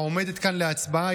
העומדת כאן להצבעה,